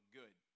good